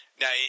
Now